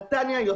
נתניה,